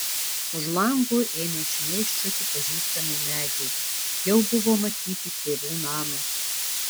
už lango ėmė šmėsčioti pažįstami medžiai jau buvo matyti tėvų namas